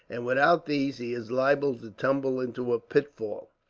and without these he is liable to tumble into a pitfall.